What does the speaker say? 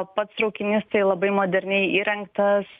o pats traukinys tai labai moderniai įrengtas